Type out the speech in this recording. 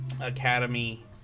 Academy